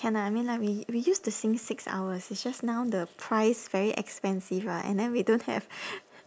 can ah I mean like we we used to sing six hours it's just now the price very expensive ah and then we don't have